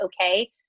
okay